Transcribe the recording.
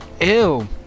ew